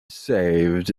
saved